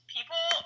People